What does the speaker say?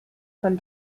von